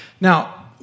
Now